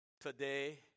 today